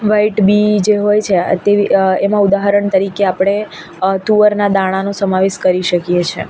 white બીજ હોય છે તેવી એમાં ઉદાહરણ તરીકે આપણે તુવરના દાણાનો સમાવેશ કરી શકીએ છે